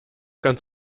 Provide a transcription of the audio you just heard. ganz